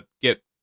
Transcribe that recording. get